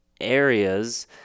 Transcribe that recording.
areas